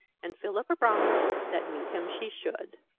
and philippa promised that meet him she should.